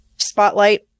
spotlight